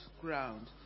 ground